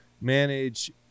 manage